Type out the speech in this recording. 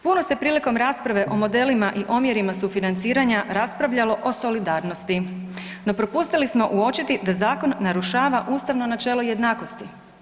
Puno se prilikom rasprave o modelima i omjerima sufinanciranja raspravljalo o solidarnosti no propustili smo uočiti da zakon narušava ustavno načelo jednakosti.